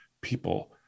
people